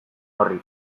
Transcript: horri